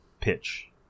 pitch